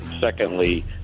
Secondly